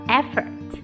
effort